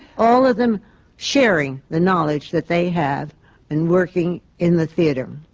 all of them sharing the knowledge that they have in working in the theatre.